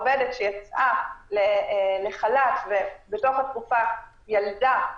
עובדת שיצאה לחל"ת ובתוך התקופה ילדה,